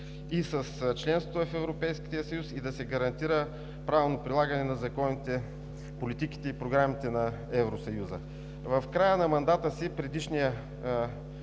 и с членството в Европейския съюз, и да се гарантира правилно прилагане на законите, политиките и програмите на Евросъюза. В края на мандата си предишният